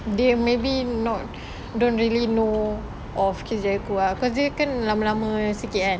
they maybe not don't really know of chris jericho ah cause dia kan lama-lama sikit kan